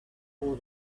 call